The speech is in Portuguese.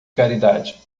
caridade